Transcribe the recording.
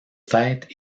fêtes